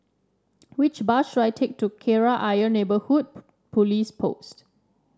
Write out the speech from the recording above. which bus should I take to Kreta Ayer Neighbourhood Police Post